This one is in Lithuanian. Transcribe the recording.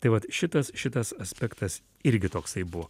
tai vat šitas šitas aspektas irgi toksai buvo